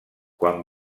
quan